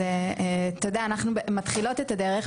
אז תודה אנחנו מתחילות את הדרך,